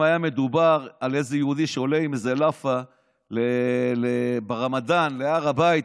שאם היה מדובר על איזה יהודי שעולה עם איזו לאפה ברמדאן להר הבית,